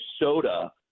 Minnesota